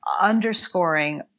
underscoring